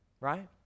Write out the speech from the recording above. right